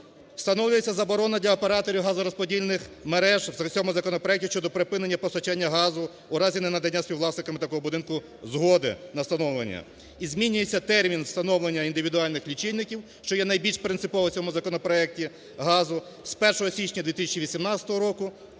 Встановлюється заборона для операторів газорозподільних мереж в цьому законопроекті щодо припинення постачання газу у разі ненадання співвласникам такого будинку згоди на встановлення. І змінюється термін встановлення індивідуальних лічильників, що є найбільш принциповим в цьому законопроекті газу з 1 січня 2018 року